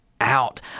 Out